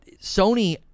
Sony